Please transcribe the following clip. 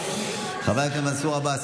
חבר הכנסת מנסור עבאס,